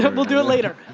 but we'll do it later.